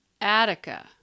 Attica